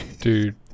Dude